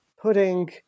putting